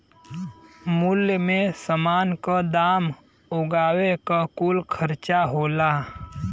मूल्य मे समान क दाम उगावे क कुल खर्चा होला